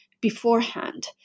beforehand